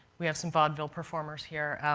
we have some vaudeville performers here.